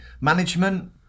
management